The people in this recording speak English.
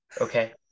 okay